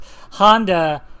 Honda